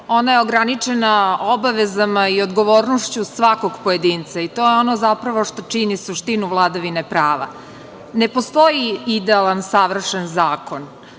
ona je ograničena obavezama i odgovornošću svakog pojedinca i to je ono zapravo što čini suštinu vladavine prava. Ne postoji idealan, savršen zakon,